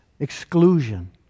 Exclusion